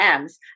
Ms